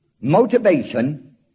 Motivation